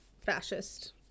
fascist